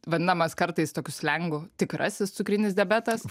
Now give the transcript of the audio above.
vadinamas kartais tokius slengu tikrasis cukrinis diabetas